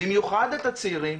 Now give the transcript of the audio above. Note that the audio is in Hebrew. במיוחד את הצעירים,